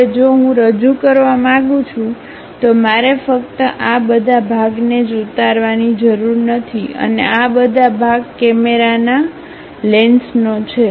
હવે જો હું રજૂ કરવા માંગુ છું તો મારે ફક્ત આ બધા ભાગને જ ઉતારવાની જરૂર નથી અને આ બધા ભાગ કેમેરાના લેન્સનો છે